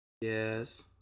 yes